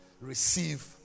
receive